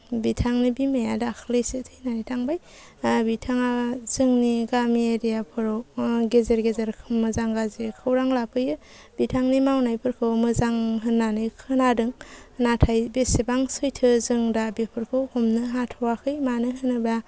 बिथांनि बिमाया दाख्लिसो थैनानै थांबाय बिथाङा जोंनि गामि एरियाफोराव गेजेर गेजेर मोजां गाज्रि खौरां लाफैयो बिथांनि मावनायफोरखौ मोजां होन्नानै खोनादों नाथाय बेसेबां सैथो जों दा बेफोरखौ हमनो हाथ'आखै मानो होनोबा